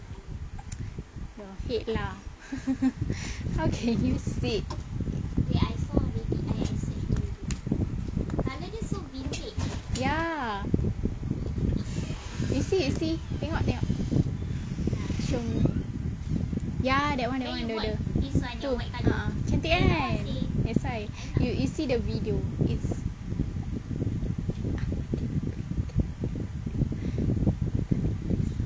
your head lah how can you sit ya you see you see tengok tengok show me ya that [one] that [one] the the tu a'ah cantik kan that's why you you see the video it's